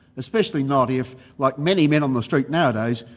especially not if, like many men on the street nowadays,